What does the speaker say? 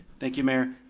thank you mayor.